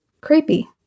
Creepy